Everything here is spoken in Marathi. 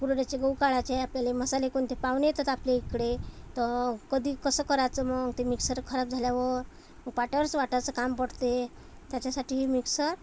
कुरडयाचे गहू काढायचे आपल्याला मसाले कोणते पाहुणे येतात आपले इकडे तर कधी कसं करायचं मग ते मिक्सर खराब झाल्यावर मग पाट्यावरच वाटायचं काम पडते त्याच्यासाठी मिक्सर